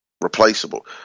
replaceable